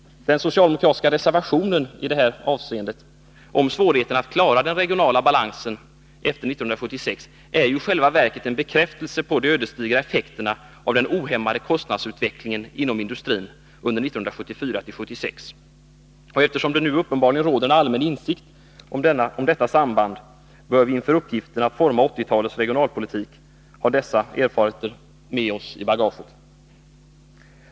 Den socialdemokratiska reservationen i detta avsnitt om svårigheterna att klara den regionala balansen efter 1975/76 är i själva verket en bekräftelse på de ödesdigra effekterna av den ohämmade kostnadsutvecklingen inom industrin under åren 1974-1976. Eftersom det nu uppenbarligen råder allmän insikt om detta samband, bör vi inför uppgiften att forma 1980-talets regionalpolitik ha dessa erfarenheter med oss ”i bagaget”.